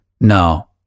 No